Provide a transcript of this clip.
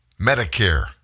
Medicare